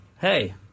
hey